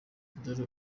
dore